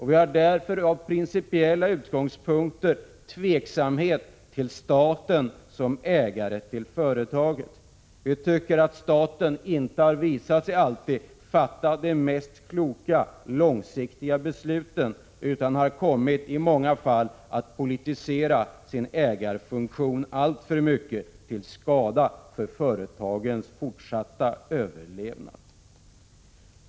Vi känner därför av principiella skäl osäkerhet om staten är ägare av företaget. Vi tycker att staten inte alltid har fattat de mest kloka och långsiktiga besluten, utan har i många fall kommit att politisera sin ägarfunktion alltför mycket, till skada för företagets fortsatta överlevnad.